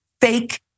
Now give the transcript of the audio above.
fake